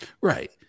Right